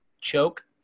choke